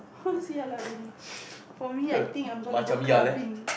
see how lah for me I think I going to go clubbing